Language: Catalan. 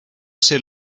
ser